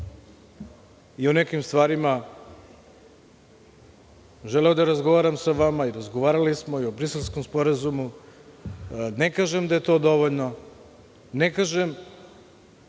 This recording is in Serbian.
i o nekim stvarima želeo da razgovaram sa vama i razgovarali smo i o Briselskom sporazumu. Ne kažem da je to dovoljno, ne kažem